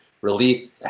relief